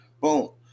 boom